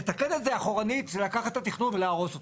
לתקן את זה אחורנית זה לקחת את התכנון ולהרוס אותו.